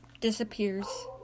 disappears